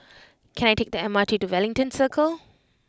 can I take the M R T to Wellington Circle